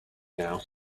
now